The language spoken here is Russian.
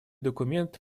документ